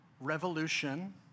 revolution